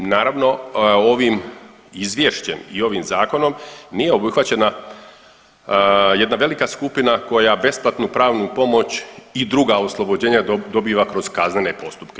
Naravno ovim izvješćem i ovim zakonom nije obuhvaćena jedna velika skupina koja besplatnu pravnu pomoć i druga oslobođenja dobiva kroz kaznene postupke.